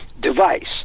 device